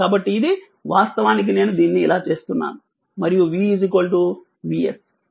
కాబట్టి ఇది వాస్తవానికి నేను దీన్ని ఇలా చేస్తున్నాను మరియు v Vs